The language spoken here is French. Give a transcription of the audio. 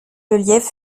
lelièvre